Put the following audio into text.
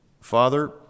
Father